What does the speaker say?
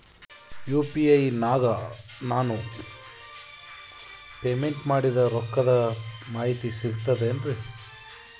UPI ನಾಗ ನಾನು payment ಮಾಡಿದ ರೊಕ್ಕದ ಮಾಹಿತಿ ಸಿಕ್ತದೆ ಏನ್ರಿ?